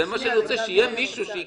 זה מה שאני רוצה, שיהיה מישהו שיקבע.